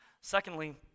Secondly